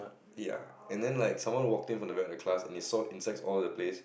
ya and then like someone walked in from the back of the class and he saw insects all over the place